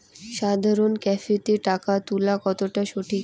সাধারণ ক্যাফেতে টাকা তুলা কতটা সঠিক?